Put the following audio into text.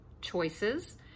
choices